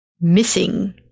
missing